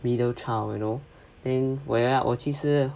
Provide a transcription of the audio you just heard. middle child you know then 我要我其实